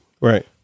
right